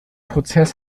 prozess